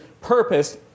purpose